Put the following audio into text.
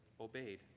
obeyed